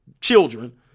children